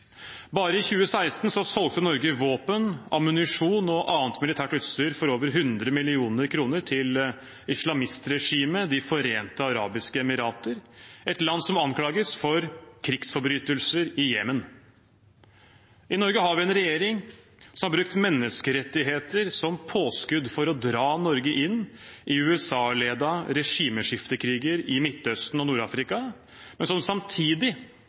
Bare i 2016 solgte Norge våpen, ammunisjon og annet militært utstyr for over 100 mill. kr til islamistregimet De forente arabiske emirater, et land som anklages for krigsforbrytelser i Jemen. I Norge har vi en regjering som har brukt menneskerettigheter som påskudd for å dra Norge inn i USA-ledede regimeskiftekriger i Midtøsten og i Nord-Afrika, men som samtidig